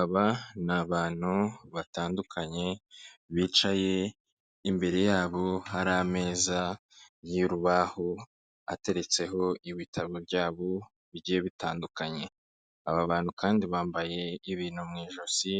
Aba ni abantu batandukanye bicaye, imbere yabo hari ameza y'urubaho ateretseho ibitabo byabo bigiye bitandukanye. Aba bantu kandi bambaye ibintu mu ijosi